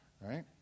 Right